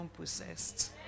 possessed